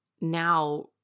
now